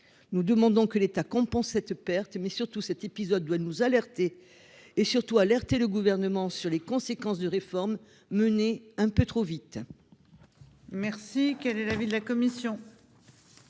nous demandons que l'État compense cette perte mais surtout cet épisode doit nous alerter et surtout alerter le gouvernement sur les conséquences de réformes menées un peu trop vite.